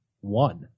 one